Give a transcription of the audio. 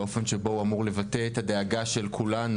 באופן שבו הוא אמור לבטא את הדאגה של כולנו,